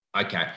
Okay